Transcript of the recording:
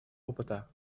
опыта